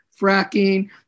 fracking